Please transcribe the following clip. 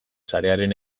sarearen